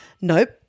Nope